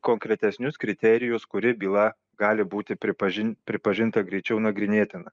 konkretesnius kriterijus kuri byla gali būti pripažin pripažinta greičiau nagrinėtina